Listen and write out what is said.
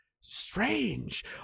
Strange